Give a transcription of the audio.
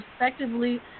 respectively